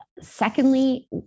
Secondly